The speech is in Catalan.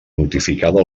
notificada